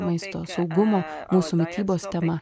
maisto saugumo mūsų mitybos tema